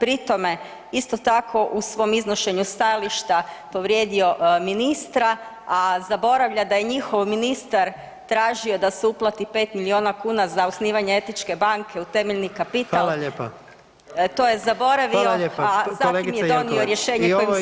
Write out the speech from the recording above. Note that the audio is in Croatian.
pri tome isto tako u svom iznošenju stajališta povrijedio ministra, a zaboravlja da je njihov ministar tražio da se uplati 5 milijuna kuna za osnivanje etičke banke u temeljni kapital [[Upadica: Hvala lijepa]] To je zaboravio [[Upadica: Hvala lijepa]] a zatim je donio [[Upadica: Kolegice Jelkovac]] rješenje kojim se odbija…